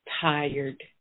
tired